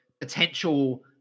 potential